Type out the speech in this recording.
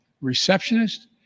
receptionist